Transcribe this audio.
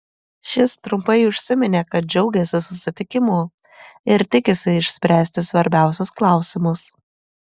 šis trumpai užsiminė kad džiaugiasi susitikimu ir tikisi išspręsti svarbiausius klausimus